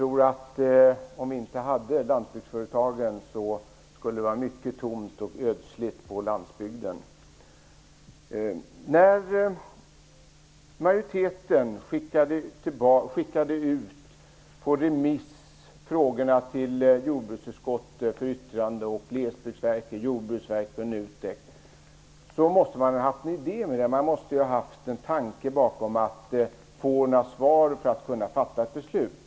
Om vi inte hade lantbruksföretagen skulle det vara mycket tomt och ödsligt på landsbygden. När utskottsmajoriteten skickade ut frågorna på remiss till jordbruksutskottet, Glesbygdsverket, Jordbruksverket och NUTEK för yttrande måste man ha haft någon tanke bakom att få några svar för att kunna fatta ett beslut.